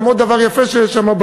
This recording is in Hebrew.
גם עוד דבר יפה שיש שם,